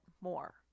more